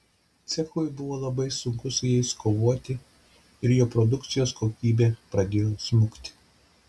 cechui buvo labai sunku su jais kovoti ir jo produkcijos kokybė pradėjo smukti